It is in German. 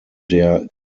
der